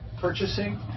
purchasing